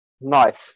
nice